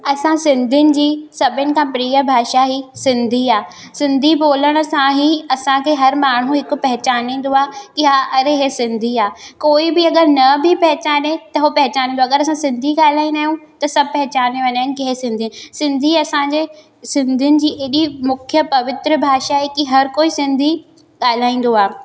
असां सिंधीयुनि जी सभिनि खां प्रिय भाषा ई सिंधी आहे सिंधी बोलण सां ई असांजो हर माण्हू हिक पहिचानींदो आहे की हा अरे हीअ सिंधी आहे कोई बि अगरि न बि पहचाने त हो पहिचान बि अगरि असां सिंधी ॻाल्हाईंदा आहियूं त सभु पहिचाने वञनि की हीअ सिंधी आहिनि सिंधी असांजे सिंधीयुनि जी एॾी मुख्य पवित्र भाषा आहे की हर कोई सिंधी ॻाल्हाईंदो आहे